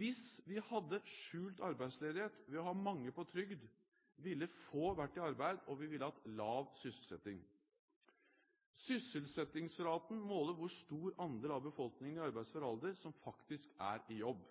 Hvis vi hadde skjult arbeidsledighet ved å ha mange på trygd, ville få vært i arbeid, og vi ville hatt lav sysselsetting. Sysselsettingsraten måler hvor stor andel av befolkningen i arbeidsfør alder som faktisk er i jobb.